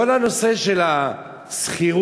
כל הנושא של השכירות,